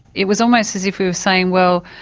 it was almost as if he was saying, well,